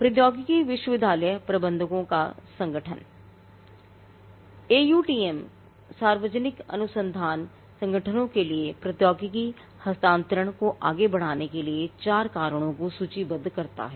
प्रौद्योगिकी विश्वविद्यालय प्रबंधकों का संगठन AUTM सार्वजनिक अनुसंधान संगठनों के लिए प्रौद्योगिकी हस्तांतरण को आगे बढ़ाने के चार कारणों को सूचीबद्ध करता है